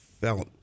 felt